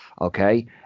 Okay